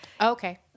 okay